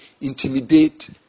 intimidate